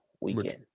weekend